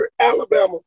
Alabama